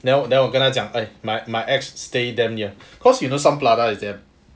then then 我跟他讲 eh my my ex stay damn near cause you know sun plaza is damn